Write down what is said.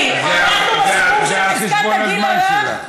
עברנו יועצים משפטיים, חברת הכנסת אורלי לוי.